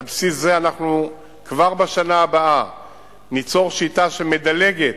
על הבסיס הזה כבר בשנה הבאה ניצור שיטה שמדלגת,